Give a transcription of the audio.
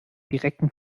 direkten